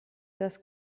das